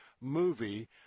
movie